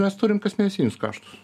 mes turim mėnesinius kaštus